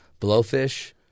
Blowfish